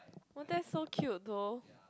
oh that's so cute though